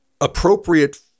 appropriate